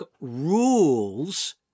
rules